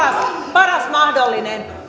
paras mahdollinen